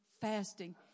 fasting